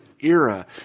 Era